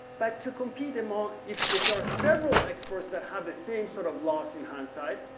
but to compete in more, if if there are several experts that have the same sort of loss in hindsight,